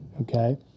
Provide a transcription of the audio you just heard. Okay